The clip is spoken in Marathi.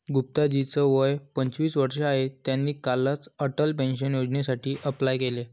गुप्ता जी च वय पंचवीस वर्ष आहे, त्यांनी कालच अटल पेन्शन योजनेसाठी अप्लाय केलं